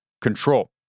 control